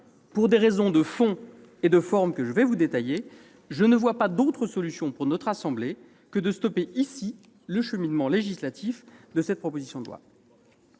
Pour des raisons de fond et de forme que je vais vous détailler, je ne vois pas d'autre solution pour notre assemblée que d'interrompre, ici, le cheminement législatif de cette proposition de loi.